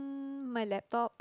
my laptop